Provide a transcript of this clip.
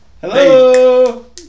hello